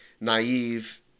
naive